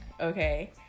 okay